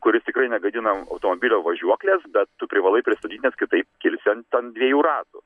kuris tikrai negadina automobilio važiuoklės bet tu privalai pristabdyti nes kitaip kilsi ant ant dviejų ratų